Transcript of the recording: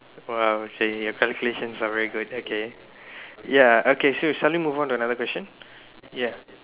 !wah! okay your calculations are very good okay ya okay sure shall we move on to another question ya